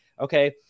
Okay